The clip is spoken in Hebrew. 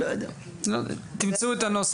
תמצאו את הנוסח.